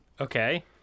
Okay